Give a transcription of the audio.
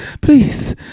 Please